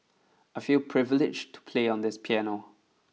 I feel privileged to play on this piano